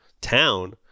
town